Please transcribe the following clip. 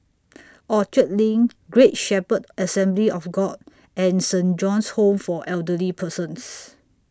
Orchard LINK Great Shepherd Assembly of God and Saint John's Home For Elderly Persons